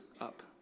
up